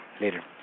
Later